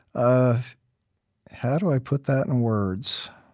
ah how do i put that in words,